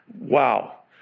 wow